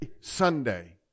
Sunday